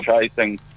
chasing